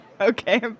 Okay